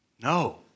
No